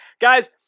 Guys